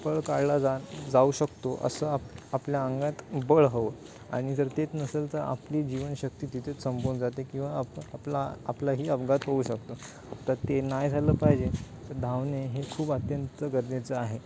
पळ काढला जा जाऊ शकतो असं आपल्या अंगात बळ हवं आणि जर तेच नसेल तर आपली जीवनशक्ती तिथेच संपवून जाते किंवा आपला आपलाही अपघात होऊ शकतो तर ते नाही झालं पाहिजे तर धावणे हे खूप अत्यंत गरजेचं आहे